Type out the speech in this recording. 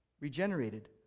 regenerated